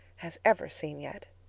has ever seen yet.